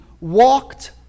walked